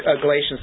Galatians